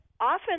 Often